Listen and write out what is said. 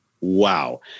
Wow